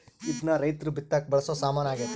ಇದ್ನ ರೈರ್ತು ಬಿತ್ತಕ ಬಳಸೊ ಸಾಮಾನು ಆಗ್ಯತೆ